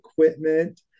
equipment